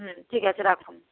হুম ঠিক আছে রাখুন